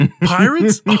pirates